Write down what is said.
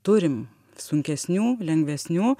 turim sunkesnių lengvesnių